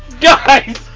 Guys